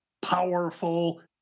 powerful